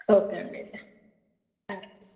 okay అండి అయితే ఉంటాను